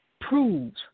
proves